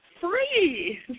free